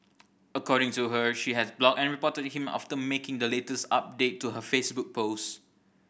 according to her she has blocked and reported him after making the latest update to her Facebook post